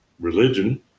religion